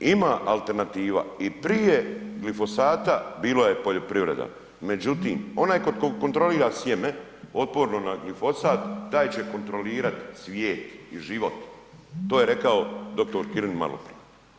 Ima alternativa, i prije glifosata bilo je poljoprivreda, međutim, onaj tko kontrolira sjeme otporno na glifosat, taj će kontrolirati cvijet i život, to je rekao dr. Kirin maloprije.